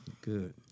good